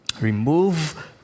remove